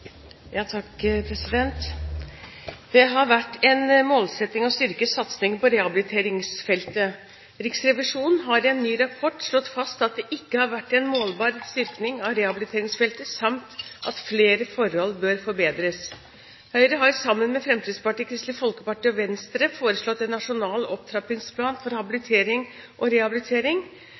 ikke har vært en målbar styrking av rehabiliteringsfeltet, samt at flere forhold bør forbedres. Høyre har, sammen med Fremskrittspartiet, Kristelig Folkeparti og Venstre, foreslått en nasjonal opptrappingsplan for habilitering og rehabilitering.